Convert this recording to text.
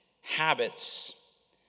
habits